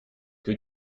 que